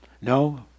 No